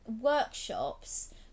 workshops